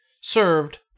served